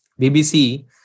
BBC